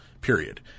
period